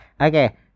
okay